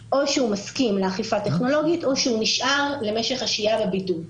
שהוא מסכים לאכיפה טכנולוגית או שהוא נשאר למשך השהייה בבידוד.